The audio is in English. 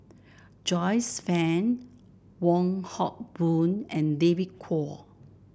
Joyce Fan Wong Hock Boon and David Kwo